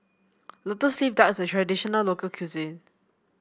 lotus leaf duck is a traditional local cuisine